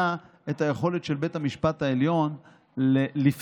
את היכולת של בית המשפט העליון לפסול,